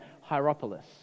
Hierapolis